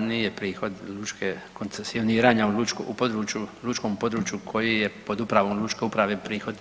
Nije prihod lučke, koncesioniranja u lučkom području koje je pod upravom lučke uprave prihod